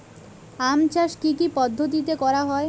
আম চাষ কি কি পদ্ধতিতে করা হয়?